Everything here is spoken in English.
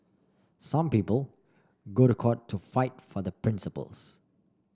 some people go to the court to fight for their principles